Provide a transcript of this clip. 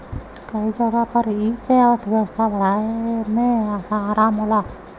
कई जगह पर ई से अर्थव्यवस्था बढ़ाए मे आराम होला